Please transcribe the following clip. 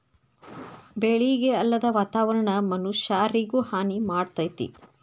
ಬೆಳಿಗೆ ಅಲ್ಲದ ವಾತಾವರಣಾ ಮನಷ್ಯಾರಿಗು ಹಾನಿ ಮಾಡ್ತತಿ